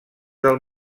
del